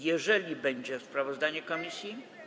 Jeżeli będzie sprawozdanie komisji.